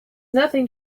nothing